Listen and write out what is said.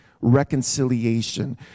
Reconciliation